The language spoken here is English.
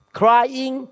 crying